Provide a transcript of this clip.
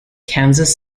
kansas